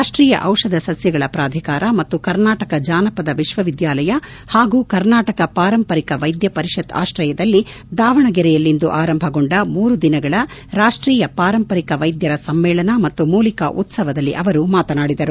ರಾಷ್ಟೀಯ ಔಷಧಿ ಸಸ್ಕಗಳ ಪ್ರಾಧಿಕಾರ ಮತ್ತು ಕರ್ನಾಟಕ ಜಾನಪದ ವಿಶ್ವವಿದ್ಯಾಲಯ ಪಾಗೂ ಕರ್ನಾಟಕ ಪಾರಂಪರಿಕ ವೈದ್ಯ ಪರಿಷತ್ ಆಶ್ರಯದಲ್ಲಿ ದಾವಣಗೆರೆಯಲ್ಲಿಂದು ಆರಂಭಗೊಂಡ ಮೂರುದಿನಗಳ ರಾಷ್ಟೀಯ ಪಾರಂಪರಿಕ ವೈದ್ಯರ ಸಮ್ಮೇಳನ ಮತ್ತು ಮೂಲಿಕಾ ಉತ್ಸವದಲ್ಲಿ ಅವರು ಮಾತನಾಡಿದರು